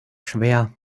schwer